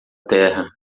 terra